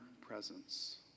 presence